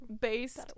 Based